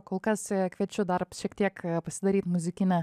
kol kas kviečiu dar šiek tiek pasidaryt muzikinę